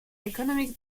economic